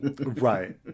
Right